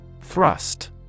Thrust